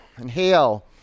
Inhale